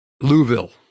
Louisville